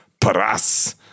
Paras